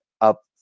up